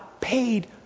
paid